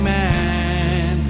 man